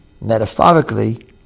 metaphorically